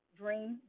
dream